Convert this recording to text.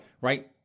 right